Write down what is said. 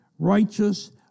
Righteous